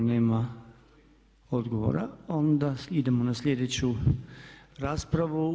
Ako nema odgovora onda idemo na sljedeću raspravu.